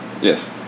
yes